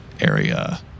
area